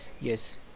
yes